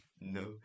No